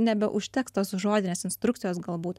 nebeužteks tos žodinės instrukcijos galbūt